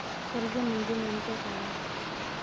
कर्ज म्हणजे नेमक्या काय?